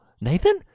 Nathan